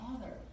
Father